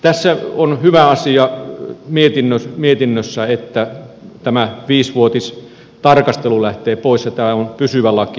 tässä on hyvä asia mietinnössä että tämä viisivuotistarkastelu lähtee pois ja tämä on pysyvä laki